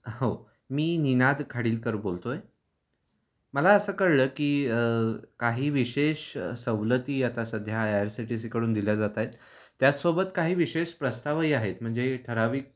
हो मी निनाद खाडीलकर बोलतो आहे मला असं कळलं की काही विशेष सवलती आता सध्या आहे आर सी टी सीकडून दिल्या जात आहेत त्याचसोबत काही विशेष प्रस्तावही आहेत म्हणजे ठराविक